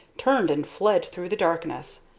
turned and fled through the darkness,